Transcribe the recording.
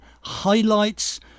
highlights